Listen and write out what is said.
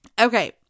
Okay